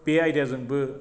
बे आयदाजोंबो